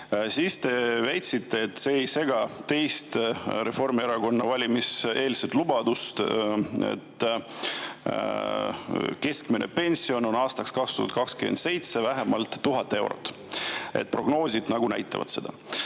Siis te väitsite, et see ei sega teist Reformierakonna valimiseelset lubadust, et keskmine pension on aastaks 2027 vähemalt 1000 eurot, et prognoosid nagu näitavad seda.